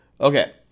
Okay